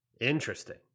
interesting